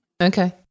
Okay